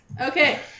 Okay